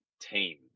team